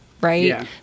right